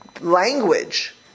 Language